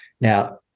Now